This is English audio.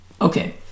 Okay